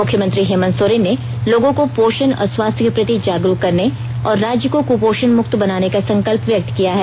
मुख्यमंत्री हेमंत सोरेन ने लोगों को पोषण और स्वास्थ्य के प्रति जागरूक करने और राज्य को कुपोषण मुक्त बनाने का संकल्प व्यक्त किया है